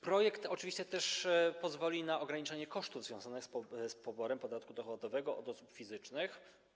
Projekt oczywiście też pozwoli na ograniczanie kosztów związanych z poborem podatku dochodowego od osób fizycznych.